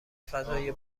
فضای